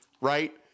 right